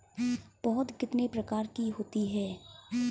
पौध कितने प्रकार की होती हैं?